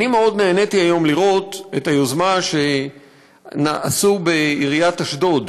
מאוד נהניתי היום לראות את היוזמה שעשו בעיריית אשדוד,